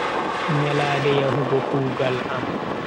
Nyalade yahugo kugaal am.